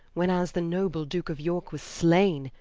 when as the noble duke of yorke was slaine,